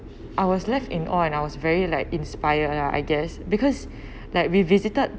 I was left in awe and I was very like inspired I guess because like we visited